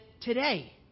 today